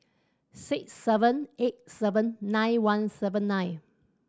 six seven eight seven nine one seven nine